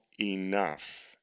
Enough